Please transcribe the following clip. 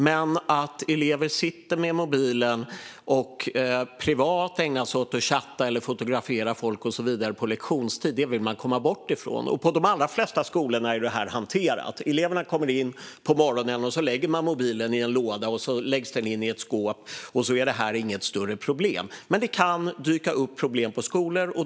Men att elever sitter med mobilen och ägnar sig åt privata saker, för att chatta eller fotografera folk och så vidare, på lektionstid vill man komma bort ifrån. På de allra flesta skolor är det här hanterat. Eleverna kommer in på morgonen och lägger sina mobiler i en låda. Den läggs in i ett skåp, och det är inget större problem. Men det kan dyka upp på vissa skolor.